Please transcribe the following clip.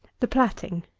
the platting.